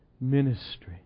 ministry